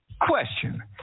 Question